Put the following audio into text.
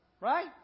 Right